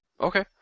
Okay